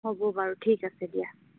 হ'ব বাৰু ঠিক আছে দিয়া